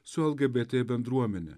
su lgbt bendruomene